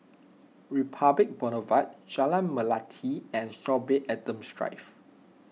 Republic Boulevard Jalan Melati and Sorby Adams Drive